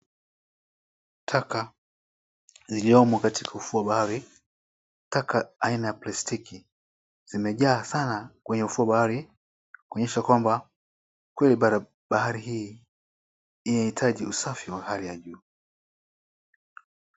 Taka ziliomo katika ufuo wa bahari. Taka aina za plastiki zimejaa sana kwenye ufuo wa bahari kuonyesha kwamba, kweli bahari hii inahitaji usafi wa hali ya juu.